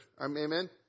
Amen